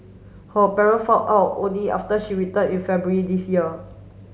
her parent found out only after she return in February this year